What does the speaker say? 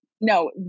no